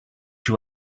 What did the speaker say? you